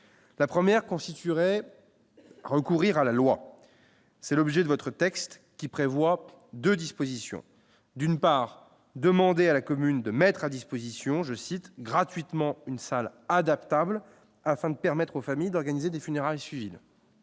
la première constituerait recourir à la loi, c'est l'objet de votre texte qui prévoit de dispositions : d'une part, demander à la commune de mettre à disposition, je cite, gratuitement, une salle adaptables, afin de permettre aux familles d'organiser des funérailles suivent.